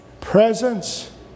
presence